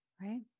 right